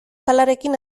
palarekin